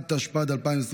התשפ"ד 2023,